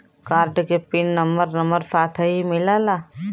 Card के pin number number साथही मिला?